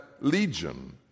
Legion